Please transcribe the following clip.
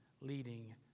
leading